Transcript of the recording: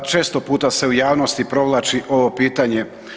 Često puta se u javnosti provlači ovo pitanje.